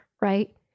right